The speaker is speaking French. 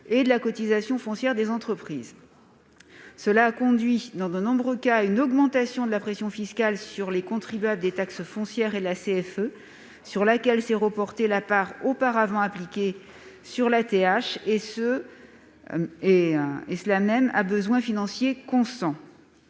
de la TFB, de la TFNB et de la CFE. Cela a conduit, dans de nombreux cas, à une augmentation de la pression fiscale sur les contribuables des taxes foncières et de la CFE, sur laquelle s'est reportée la part auparavant appliquée sur la taxe d'habitation, et ce même à besoins financiers constants.